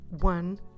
one